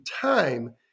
time